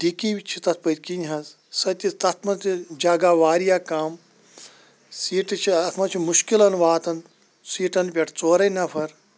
dicky چھِ تَتھ پٕتۍکِن حَظ سۄ تہِ تَتھ تہِ جَگہ واریاہ کَم سیٖٹہٕ چھِ اتھ منٛز چھِ مُشکِلَن واتان سیٖٹَن پٮ۪ٹھ ژورٕے نفر